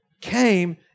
came